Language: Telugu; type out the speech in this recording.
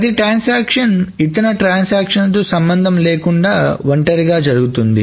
ప్రతి ట్రాన్సాక్షన్ ఇతర ట్రాన్సాక్షన్లు తో సంబంధం లేకుండా ఒంటరిగా జరుగుతుంది